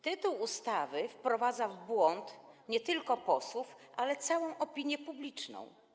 Tytuł ustawy wprowadza w błąd nie tylko posłów, ale całą opinię publiczną.